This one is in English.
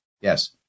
Yes